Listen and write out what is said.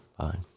Fine